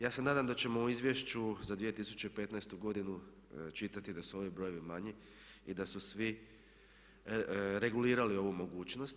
Ja se nadam da ćemo u Izvješću za 2015. godinu čitati da su ovi brojevi manji i da su svi regulirali ovu mogućnost.